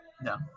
No